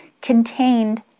contained